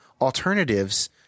alternatives